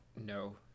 No